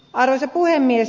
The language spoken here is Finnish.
arvoisa puhemies